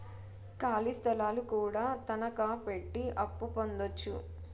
ఖాళీ స్థలాలు కూడా తనకాపెట్టి అప్పు పొందొచ్చు